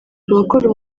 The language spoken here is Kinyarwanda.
abakora